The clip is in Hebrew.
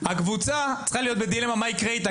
הקבוצה צריכה להיות בדילמה מה יקרה איתה